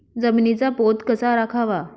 जमिनीचा पोत कसा राखावा?